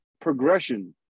progression